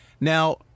Now